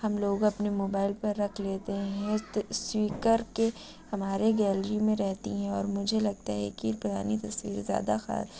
ہم لوگ اپنے موبائل پر رکھ لیتے ہیں تو کر کے ہمارے گیلری میں رہتی ہیں اور مجھے لگتا ہے کہ پرانی تصویریں زیادہ خاص